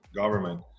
government